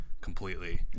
completely